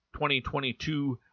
2022